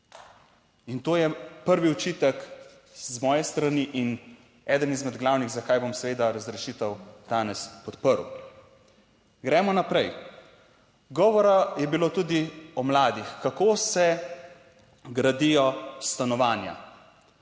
In to je prvi očitek z moje strani in eden izmed glavnih, zakaj bom seveda razrešitev danes podprl. Gremo naprej, govora je bilo tudi o mladih, kako se gradijo stanovanja.